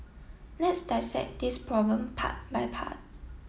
let's dissect this problem part by part